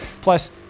Plus